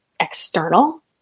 external